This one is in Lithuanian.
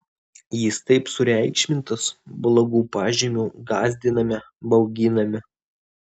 jis taip sureikšmintas blogu pažymiu gąsdiname bauginame